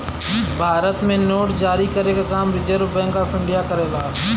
भारत में नोट जारी करे क काम रिज़र्व बैंक ऑफ़ इंडिया करेला